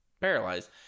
paralyzed